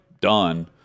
done